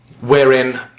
wherein